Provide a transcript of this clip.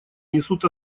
несут